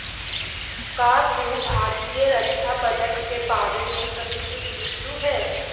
का तू भारतीय रक्षा बजट के बारे में कभी कुछ लिखलु हे